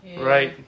right